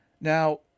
Now